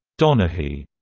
donaghy,